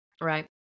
right